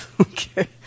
okay